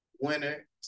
winner